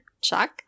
Chuck